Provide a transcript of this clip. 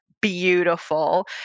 Beautiful